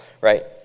right